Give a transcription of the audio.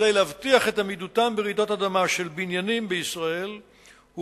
כדי להבטיח את עמידותם של בניינים בישראל ברעידות